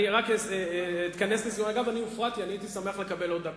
אני אשמח לקבל עוד דקה.